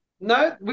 No